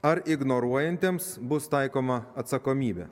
ar ignoruojantiems bus taikoma atsakomybė